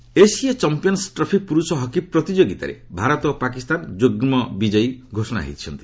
hockey Asia champions trophy ପୁରୁଷ hockey ପ୍ରତିଯୋଗିତାରେ ଭାରତ ଓ ପାକିସ୍ତାନ ମିଳିତ ଭାବେ ବିଜୟୀ ଘୋଷିତ ହୋଇଛନ୍ତି